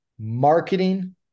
Marketing